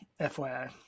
FYI